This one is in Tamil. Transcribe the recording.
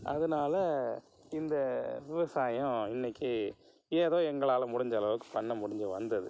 அதனால இந்த விவசாயம் இன்றைக்கு ஏதோ எங்களால் முடிஞ்ச அளவுக்கு பண்ண முடிஞ்சு வந்தது